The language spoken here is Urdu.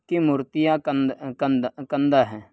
کی مورتیاں کندہ ہیں